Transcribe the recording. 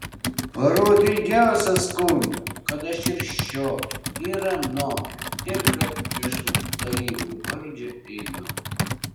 parodė ilgiausią skundą kad aš ir šiokia ir anokia ir kad prieš tarybų valdžią einu